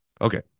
Okay